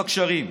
בגשרים.